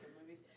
movies